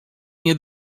nie